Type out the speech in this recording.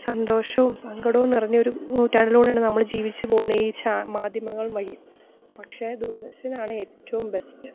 സന്തോഷവും സങ്കടവും നിറഞ്ഞൊരു നൂറ്റാണ്ടിലൂടെയാണ് നമ്മള് ജീവിച്ചുപോകുന്നത് ഈ മാധ്യമങ്ങൾ വഴി പക്ഷെ ദൂരദർശനാണ് ഏറ്റവും ബെസ്റ്റ്